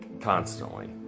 constantly